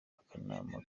akanama